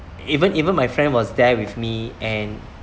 even even my friend was there with me and